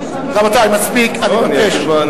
רבותי, מספיק, אני מבקש.